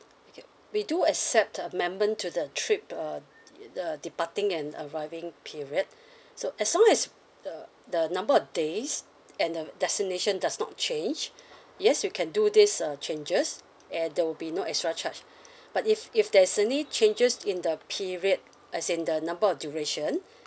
okay we do accept amendment to the trip uh the uh departing and arriving period so as long as the the number of days and the destination does not change yes you can do this uh changes and there will be no extra charge but if if there's any changes in the period as in the number of duration